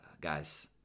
Guys